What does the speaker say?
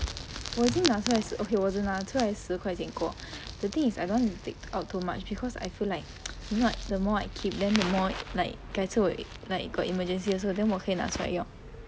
我已经拿出来 okay 我只拿出来十块钱过 the thing is I don't want to take out too much because I feel like if not the more I keep then the more like 改次我 like got emergency also 的时候 then 我可以拿出来用